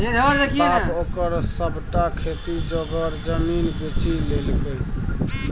बाप ओकर सभटा खेती जोगर जमीन बेचि लेलकै